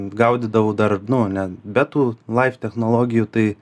gaudydavau dar nu ne bet tų laif technologijų tai